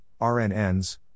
RNNs